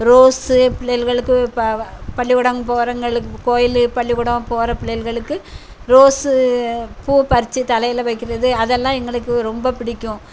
rose பிள்ளையிகளுக்கு ப வ பள்ளிக்கூடம் போகிறங்களுக்கு கோவில்லே பள்ளிக்கூடம் போகிற பிள்ளையிகளுக்கு ரோஸு பூ பறித்து தலையில் வைக்கிறது அதெல்லாம் எங்களுக்கு ரொம்ப பிடிக்கும்